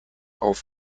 auf